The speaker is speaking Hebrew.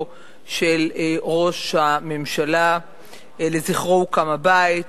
של ראש הממשלה שלזכרו הוקם הבית.